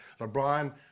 LeBron